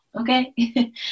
okay